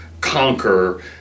conquer